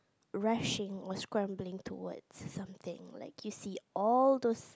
rushing or scrambling towards something like you see all those